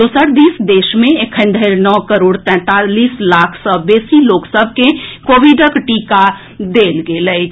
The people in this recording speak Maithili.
दोसर दिस देश मे एखन धरि नओ करोड़ तैंतालीस लाख सँ बेसी लोक सभ के कोविडक टीका देल गेल अछि